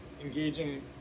engaging